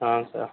ஆ sir